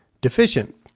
deficient